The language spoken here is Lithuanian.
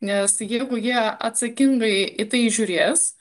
nes jeigu jie atsakingai į tai žiūrės